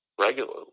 regularly